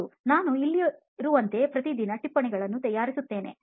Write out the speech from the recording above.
ಹೌದು ನಾನು ಇಲ್ಲಿರುವಂತೆ ಪ್ರತಿದಿನ ಟಿಪ್ಪಣಿಗಳನ್ನು ತಯಾರಿಸುತ್ತಿದ್ದೇನೆ